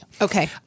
Okay